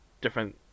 different